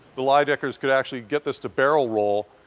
the lydeckers could actually get this to barrel roll,